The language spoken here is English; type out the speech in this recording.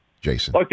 Jason